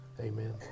amen